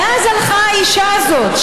ואז הלכה האישה הזאת,